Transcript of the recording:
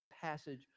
Passage